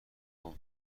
گـم